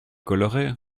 colorer